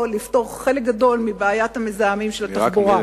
חלק גדול מבעיית המזהמים של התחבורה.